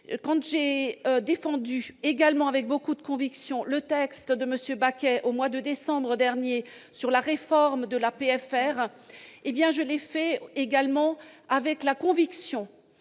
quand j'ai défendu également avec beaucoup de conviction, le texte de monsieur Baquet au mois de décembre dernier, sur la réforme de l'APF faire hé bien je l'ai fait également avec la conviction